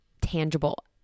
tangible